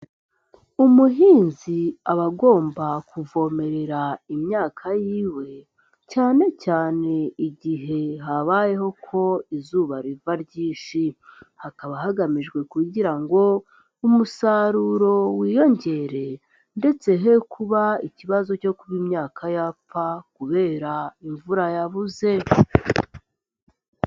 Umuhinzi aba agomba kuvomerera imyaka yiwe cyane cyane igihe habayeho ko izuba riva ryinshi, hakaba hagamijwe kugira ngo umusaruro wiyongere ndetse he kuba ikibazo cyo kuba imyaka yapfa kubera imvura yabuze.